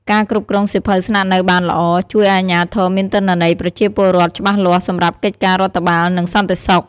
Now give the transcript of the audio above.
ការគ្រប់គ្រងសៀវភៅស្នាក់នៅបានល្អ ជួយឱ្យអាជ្ញាធរមានទិន្នន័យប្រជាពលរដ្ឋច្បាស់លាស់សម្រាប់កិច្ចការរដ្ឋបាល និងសន្តិសុខ។